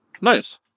nice